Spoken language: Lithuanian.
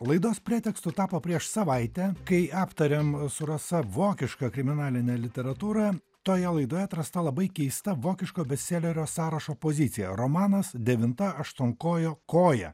laidos pretekstu tapo prieš savaitę kai aptariam su rasa vokišką kriminalinę literatūrą toje laidoje atrasta labai keista vokiško bestselerio sąrašo pozicija romanas devinta aštuonkojo koja